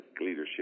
leadership